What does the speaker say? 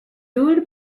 ruled